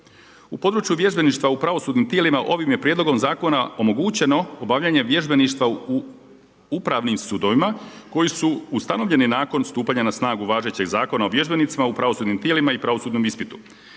U području vježbeništva u pravosudnim tijelima ovim je prijedlogom zakona omogućeno obavljanje vježbeništva u upravim sudovima koji su ustanovljeni nakon stupanja na snagu važećeg Zakona o vježbenicima u pravosudnim tijelima i pravosudnom ispitu.